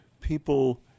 people